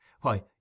why